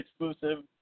exclusive